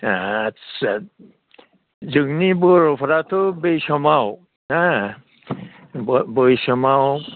आच्चा जोंनि बर'फोराथ' बै समाव हो बै समाव